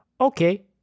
Okay